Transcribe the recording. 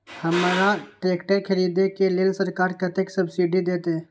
हमरा ट्रैक्टर खरदे के लेल सरकार कतेक सब्सीडी देते?